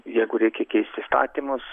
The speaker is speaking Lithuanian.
jeigu reikia keisti įstatymus